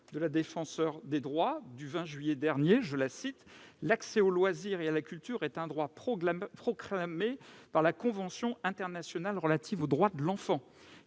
de la Défenseure des droits, le 20 juillet dernier :«[...] l'accès aux loisirs et à la culture est un droit proclamé par la Convention internationale relative aux droits de l'enfant.